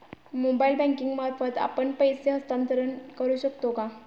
Mobile banking मार्फत आपण पैसे हस्तांतरण करू शकतो का?